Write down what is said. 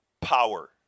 power